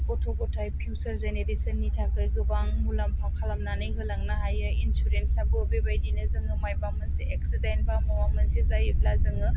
गथ' गथाय फिउसार जेनेरेसन नि थाखाय गोबां मुलाम्फा खालामनानै होलांनो हायो इन्सुरेन्स आबो बेबायदिनो जोङो माबा मोनसे एक्सिडेन्ट एबा माबा मोनसे जायोब्ला जोङो